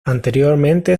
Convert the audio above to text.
anteriormente